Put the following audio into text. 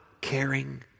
caring